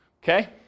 Okay